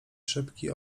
szybki